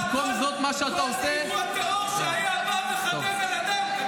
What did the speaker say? במקום זאת, מה שאתה עושה, אל תטיף לנו על ציניות.